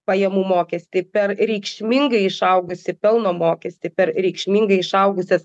pajamų mokestį per reikšmingai išaugusį pelno mokestį per reikšmingai išaugusias